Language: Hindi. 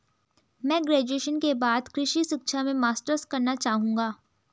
मैं ग्रेजुएशन के बाद कृषि शिक्षा में मास्टर्स करना चाहूंगा